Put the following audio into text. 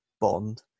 Bond